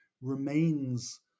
remains